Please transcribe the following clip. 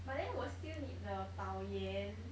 but then will still need the 导演